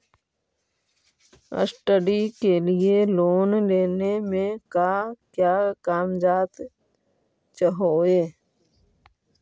Study के लिये loan लेने मे का क्या कागजात चहोये?